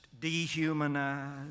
dehumanized